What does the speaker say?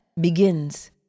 begins